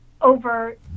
over